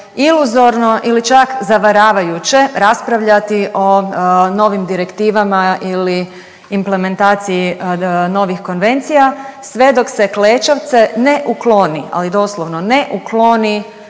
iluzorno ili čak zavaravajuće raspravljati o novim direktivama ili implementaciji novih konvencija sve dok se klečavce ne ukloni, ali doslovno ne ukloni